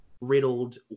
riddled